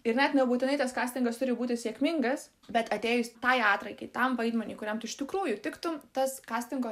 ir net nebūtinai tas kastingas turi būti sėkmingas bet atėjus tai atraikai tam vaidmeniui kuriam tu iš tikrųjų tiktum tas kastingo